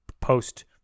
post